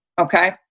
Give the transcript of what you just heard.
okay